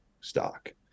stock